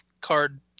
card